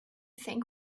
think